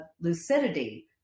lucidity